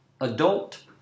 Adult